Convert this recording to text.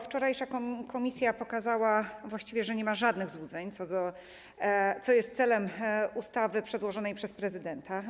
Wczorajsze obrady komisji pokazały właściwie, że nie ma żadnych złudzeń co do tego, co jest celem ustawy przedłożonej przez prezydenta.